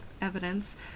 evidence